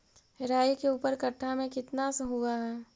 राई के ऊपर कट्ठा में कितना हुआ है?